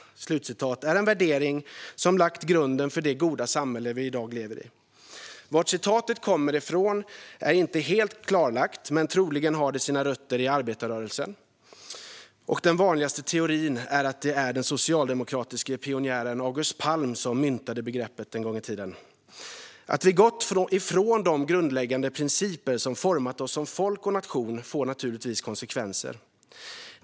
Detta är en värdering som har lagt grunden för det goda samhälle vi i dag lever i. Varifrån citatet kommer är inte helt klarlagt, men troligen har det sina rötter i arbetarrörelsen. Den vanligaste teorin är att det var den socialdemokratiske pionjären August Palm som en gång i tiden myntade begreppet. Att vi gått ifrån de grundläggande principer som format oss som folk och nation får naturligtvis konsekvenser.